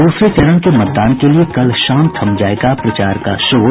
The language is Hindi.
दूसरे चरण के मतदान के लिये कल शाम थम जायेगा प्रचार का शोर